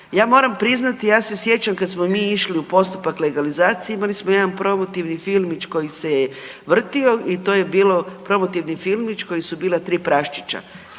Ja moram priznati ja se sjećam kad smo mi išli u postupak legalizacije imali smo jedan promotivni filmić koji se je vrtio i to je bio promotivni filmić koji su bila tri praščića,